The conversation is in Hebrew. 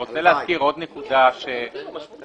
המשמעות שהכול פתוח.